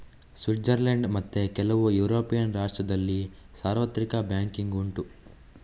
Switzerland ಮತ್ತೆ ಕೆಲವು European ರಾಷ್ಟ್ರದಲ್ಲಿ ಸಾರ್ವತ್ರಿಕ ಬ್ಯಾಂಕಿಂಗ್ ಉಂಟು